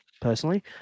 personally